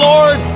Lord